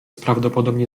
prawdopodobnie